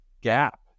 gap